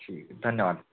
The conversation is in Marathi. ठीक आहे धन्यवाद